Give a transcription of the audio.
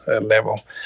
level